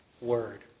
word